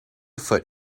foot